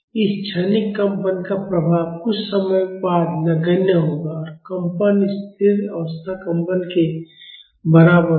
इस क्षणिक कंपन का प्रभाव कुछ समय बाद नगण्य होगा और कंपन स्थिर अवस्था कंपन के बराबर होगा